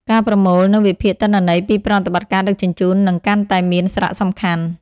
ការប្រមូល និងវិភាគទិន្នន័យពីប្រតិបត្តិការដឹកជញ្ជូននឹងកាន់តែមានសារៈសំខាន់។